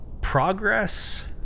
Progress